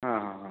ହଁ ହଁ ହଁ